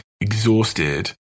exhausted